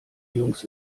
jungs